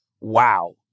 wow